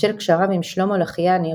בשל קשריו עם שלמה לחיאני,